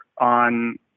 on